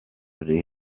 dydy